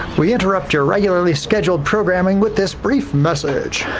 we interrupt your regularly scheduled programming with this brief message.